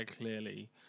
clearly